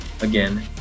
again